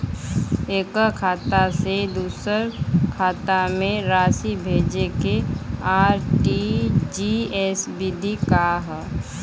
एकह खाता से दूसर खाता में राशि भेजेके आर.टी.जी.एस विधि का ह?